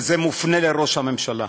וזה מופנה לראש הממשלה.